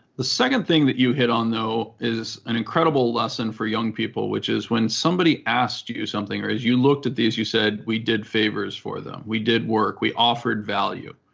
the second thing that you hit on, though, is an incredible lesson for young people, which is when somebody asked you something, or as you looked at these, you said we did favors for them, we did work, we offered value.